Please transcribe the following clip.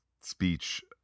speech